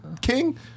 king